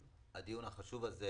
הדיון החשוב הזה